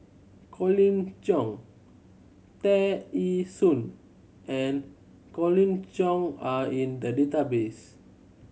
Colin Cheong Tear Ee Soon and Colin Cheong are in the database